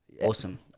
Awesome